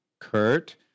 Kurt